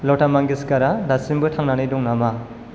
लटा मंगेस्कारा दासिमबो थांनानै दं नामा